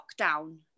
lockdown